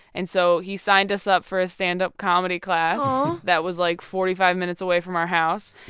and so he signed us up for a standup comedy class that was like forty five minutes away from our house.